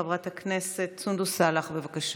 חברת הכנסת סונדוס סאלח, בבקשה.